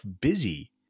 busy